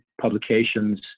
publications